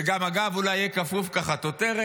וגם הגב אולי יהיה כפוף כחטוטרת,